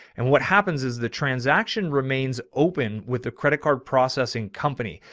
and what happens is the transaction remains open with the credit card processing company.